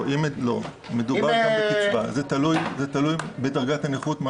זה תלוי בדרגת הנכות.